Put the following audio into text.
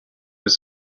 was